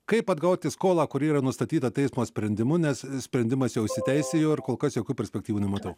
kaip atgauti skolą kuri yra nustatyta teismo sprendimu nes sprendimas jau įsiteisėjo ir kol kas jokių perspektyvų nematau